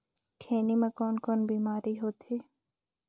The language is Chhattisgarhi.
खैनी म कौन कौन बीमारी होथे?